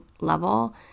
level